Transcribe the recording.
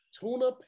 tuna